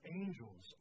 angels